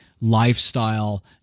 lifestyle